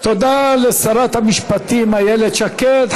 תודה לשרת המשפטים איילת שקד.